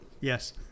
Yes